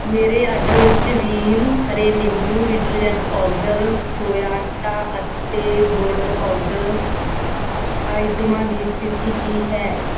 ਮੇਰੇ ਆਰਡਰ ਵਿੱਚ ਵ੍ਹੀਲ ਹਰੇ ਨਿੰਬੂ ਡਿਟਰਜੈਂਟ ਪਾਊਡਰ ਸੋਇਆ ਆਟਾ ਅਤੇ ਗੁੜ ਪਾਊਡਰ ਆਈਟਮਾਂ ਦੀ ਸਥਿਤੀ ਕੀ ਹੈ